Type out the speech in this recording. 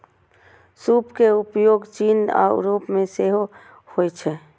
सूप के उपयोग चीन आ यूरोप मे सेहो होइ छै